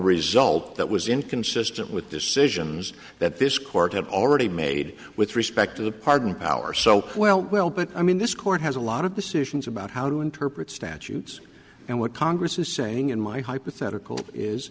result that was inconsistent with decisions that this court had already made with respect to the pardon power so well well but i mean this court has a lot of the solutions about how to interpret statutes and what congress is saying in my hypothetical is